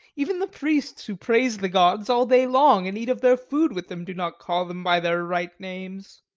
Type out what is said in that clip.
even the priests who praise the gods all day long, and eat of their food with them, do not call them by their right names.